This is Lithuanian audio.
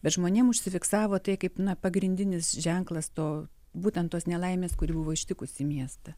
bet žmonėm užsifiksavo tai kaip na pagrindinis ženklas to būtent tos nelaimės kuri buvo ištikusi miestą